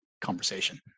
conversation